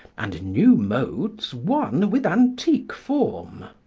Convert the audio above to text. and new modes one with antique form.